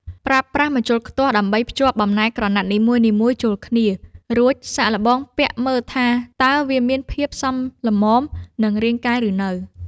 ប្រើប្រាស់ម្ជុលខ្ទាស់ដើម្បីភ្ជាប់បំណែកក្រណាត់នីមួយៗចូលគ្នា រួចសាកល្បងពាក់មើលថាតើវាមានភាពសមល្មមនឹងរាងកាយឬនៅ។